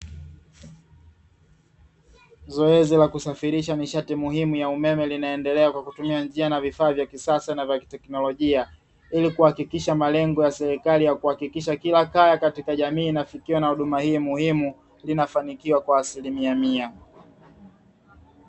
Zoezi la kusafirisha nishati muhimu ya umeme linaendelea kwa kutumia njia na vifaa vya kisasa na vya kiteknolojia, ili kuhakikisha malengo ya serikali ya kuhakikisha kila kaya katika jamii inafikiwa na huduma hii muhimu, linafanikiwa kwa asilimia mia.